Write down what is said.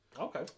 Okay